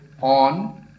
on